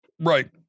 Right